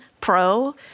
Pro